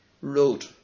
road